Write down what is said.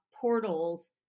portals